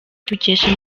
tubikesha